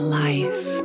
life